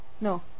No